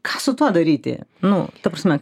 ką su tuo daryti nu ta prasme